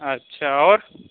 اچھا اور